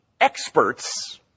experts